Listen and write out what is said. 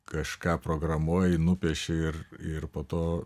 kažką programuoji nupeši ir ir po to